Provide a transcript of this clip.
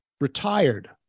retired